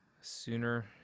sooner